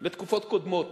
לתקופות קודמות